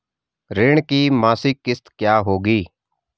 ऋण की मासिक किश्त क्या होगी?